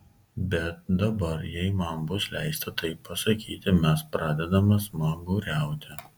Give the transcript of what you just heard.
bet dabar jei man bus leista taip pasakyti mes pradedame smaguriauti